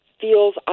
feels